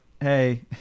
hey